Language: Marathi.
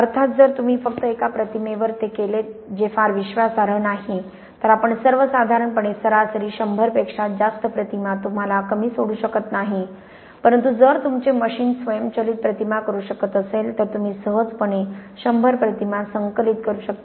अर्थात जर तुम्ही फक्त एका प्रतिमेवर ते केले जे फार विश्वासार्ह नाही तर आपण सर्वसाधारणपणे सरासरी शंभरपेक्षा जास्त प्रतिमा तुम्हाला कमी सोडू शकत नाही परंतु जर तुमचे मशीन स्वयंचलित प्रतिमा करू शकत असेल तर तुम्ही सहजपणे शंभर प्रतिमा संकलित करू शकता